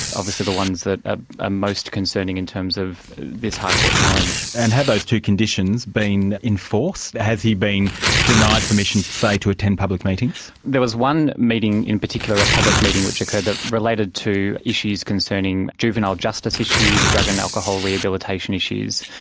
obviously the ones that ah ah most concerning in terms of this high court challenge. and have those two conditions been in force? has he been denied permission, say, to attend public meetings? there was one meeting in particular, a public meeting, which occurred that related to issues concerning juvenile justice issues, drug and alcohol rehabilitation issues.